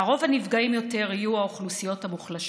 לרוב, הנפגעים יותר יהיו האוכלוסיות המוחלשות.